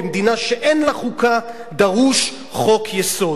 במדינה שאין לה חוקה דרוש חוק-יסוד: